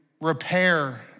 repair